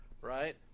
right